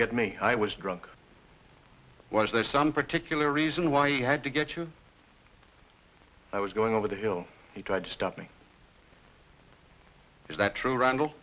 get me i was drunk was there some particular reason why i had to get you i was going over the hill he tried to stop me is that true randall